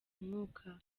mwuka